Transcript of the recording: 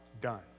done